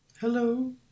hello